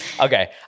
Okay